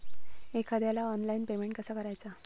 एखाद्याला online payment कसा करायचा?